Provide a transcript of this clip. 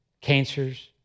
cancers